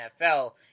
NFL